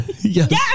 Yes